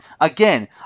Again